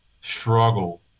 struggle